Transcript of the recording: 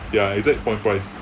ya exact point price